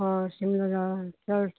ਹਾਂ ਸ਼ਿਮਲਾ ਜ਼ਿਆਦਾ ਹੁੰਦੀ ਚਲੋ